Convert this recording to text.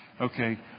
okay